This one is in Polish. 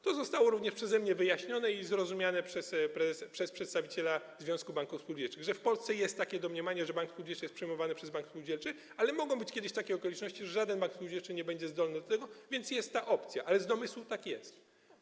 To zostało również przeze mnie wyjaśnione i zrozumiane przez przedstawiciela Krajowego Związku Banków Spółdzielczych, że w Polsce jest takie domniemanie, że bank publiczny jest przejmowany przez bank spółdzielczy, ale mogą być kiedyś takie okoliczności, że żaden bank spółdzielczy nie będzie zdolny do tego, więc jest ta opcja, ale w domyśle tak jest.